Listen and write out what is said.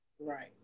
Right